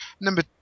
Number